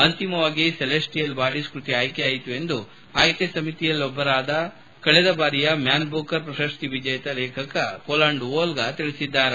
ಅಂತಿಮವಾಗಿ celestial bodies ಕೃತಿ ಆಯ್ಕೆಯಾಯಿತು ಎಂದು ಆಯ್ಕೆ ಸಮಿತಿಯಲ್ಲೊಬ್ಬರಾದ ಕಳೆದ ಬಾರಿಯ ಮ್ಯಾನ್ ಬೂಕರ್ ಪ್ರಶಸ್ತಿ ವಿಜೇತ ಲೇಖಕ ಪೋಲಾಂಡ್ ಓಲ್ಗಾ ತಿಳಿಸಿದ್ದಾರೆ